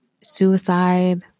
suicide